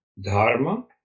dharma